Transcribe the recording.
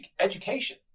education